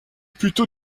plutôt